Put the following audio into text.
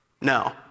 No